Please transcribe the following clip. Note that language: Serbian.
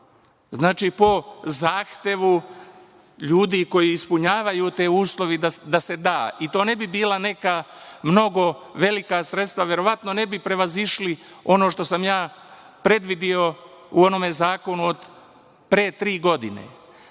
odmah po zahtevu ljudi koji ispunjavaju te uslove da se da i to ne bi bila neka mnogo velika sredstva, verovatno ne bi prevazišli ono što sam ja predvideo u onom zakonu od pre tri godine.